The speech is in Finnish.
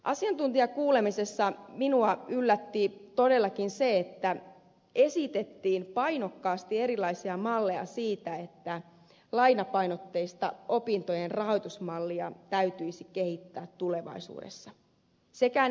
asiantuntijakuulemisessa minut yllätti todellakin se että esitettiin painokkaasti erilaisia malleja siitä että lainapainotteista opintojen rahoitusmallia täytyisi kehittää tulevaisuudessa